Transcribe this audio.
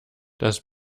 das